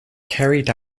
carried